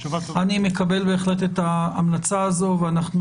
אני מקבל בהחלט את ההמלצה הזו ואנחנו